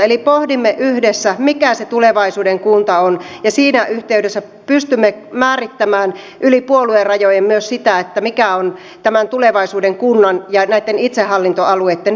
eli pohdimme yhdessä mikä se tulevaisuuden kunta on ja siinä yhteydessä pystymme määrittämään yli puoluerajojen myös sitä mikä on tulevaisuuden kunnan ja itsehallintoalueitten välinen suhde